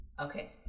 Okay